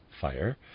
fire